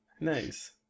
Nice